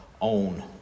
own